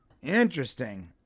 Interesting